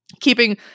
keeping